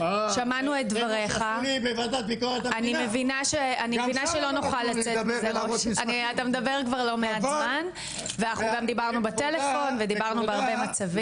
שמענו את דבריך ואנחנו גם דיברנו בטלפון ודיברנו בהרבה מצבים.